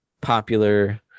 popular